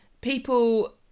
people